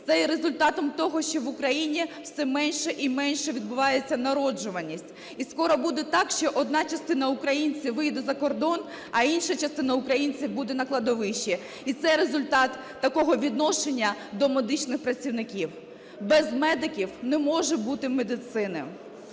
є результатом того, що в Україні все менше і менше відбувається народжуваність. І скоро буде так, що одна частина українців виїде за кордон, а інша частина українців буде на кладовищі. І це результат такого відношення до медичних працівників. Без медиків не може бути медицини.